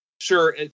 sure